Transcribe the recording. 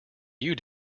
you